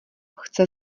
chce